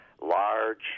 large